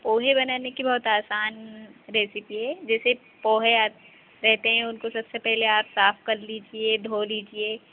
पोहे बनाने की बहुत आसान रेसिपी है जैसे पोहे आप रहते हैं उनको सबसे पहले आप साफ कर लीजिए धो लीजिए